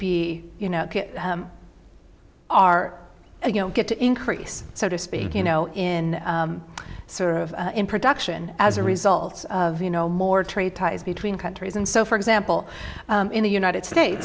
be you know are you know get to increase so to speak you know in sort of in production as a result of you know more trade ties between countries and so for example in the united states